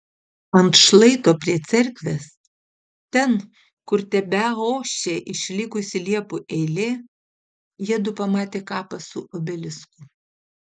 ant šlaito prie cerkvės ten kur tebeošė išlikusi liepų eilė jiedu pamatė kapą su obelisku